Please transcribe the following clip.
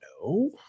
No